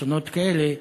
אסונות כאלה,